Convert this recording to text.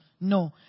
no